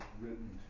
written